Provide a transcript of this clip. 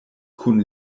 kun